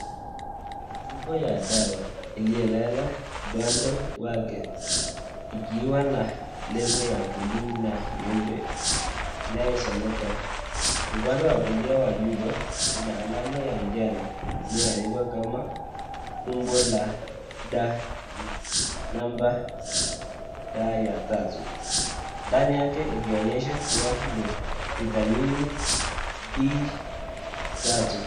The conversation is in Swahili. Chupa ya dawa, iliyolala upande wake ikiwa na lebo ya buluu na nyeupe inayosomeka, upande wa kulia wa chupa una alama ya njano iliyoandikwa kama umbo la D3.Ndani yake ikionyesha kuwa ni vitamini D3.